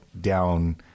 down